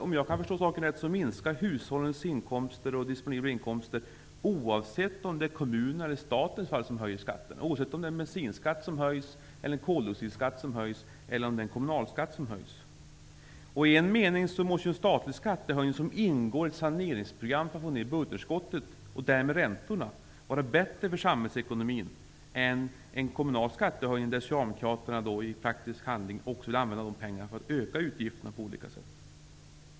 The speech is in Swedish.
Om jag förstått det hela rätt minskar hushållens disponibla inkomster, oavsett om det är kommuner eller staten som höjer skatten och oavsett om det gäller en bensinskatte eller koldioxidskattehöjning eller en kommunalskattehöjning. I en mening måste ju en statlig skattehöjning, som ingår i ett saneringsprogram som syftar till att få ner budgetunderskottet och därmed räntorna, vara bättre för samhällsekonomin än en kommunal skattehöjning -- innebärande att Socialdemokraterna i praktisk handling också vill använda de här pengarna till sådant som betyder ökade utgifter på olika sätt.